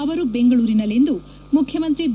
ಅವರು ಬೆಂಗಳೂರಿನಲ್ಲಿಂದು ಮುಖ್ಯಮಂತ್ರಿ ಬಿ